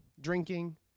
drinking